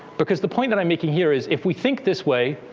because the point that i'm making here is, if we think this way,